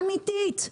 תחרות אמיתית,